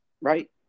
Right